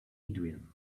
adrian